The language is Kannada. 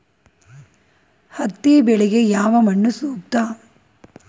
ಹತ್ತಿ ಬೆಳೆಗೆ ಯಾವ ಮಣ್ಣು ಸೂಕ್ತ?